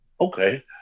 Okay